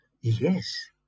Yes